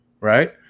right